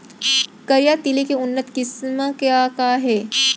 करिया तिलि के उन्नत किसिम का का हे?